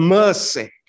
mercy